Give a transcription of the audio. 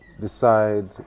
decide